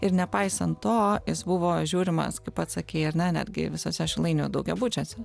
ir nepaisant to jis buvo žiūrimas kaip pats sakei ar ne netgi visuose šilainių daugiabučiuose